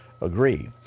agree